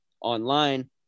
online